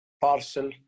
parcel